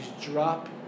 drop